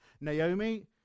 Naomi